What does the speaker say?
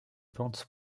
pente